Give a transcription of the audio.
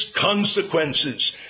consequences